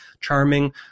charming